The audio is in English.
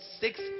six